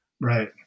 Right